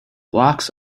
blocks